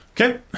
Okay